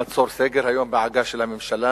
היום קוראים למצור "סגר" בעגה של הממשלה,